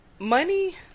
Money